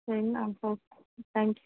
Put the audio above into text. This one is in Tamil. வேணா அப்போ தேங்க் யூ